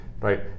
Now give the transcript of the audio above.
right